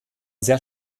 sehr